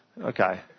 Okay